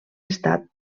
estat